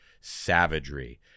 savagery